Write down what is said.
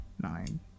nine